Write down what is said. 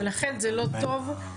לכן זה לא טוב.